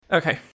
Okay